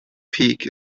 peak